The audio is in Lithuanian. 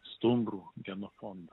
stumbrų genofondą